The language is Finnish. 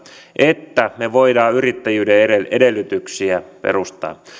että me voimme yrittäjyyden edellytyksiä perustaa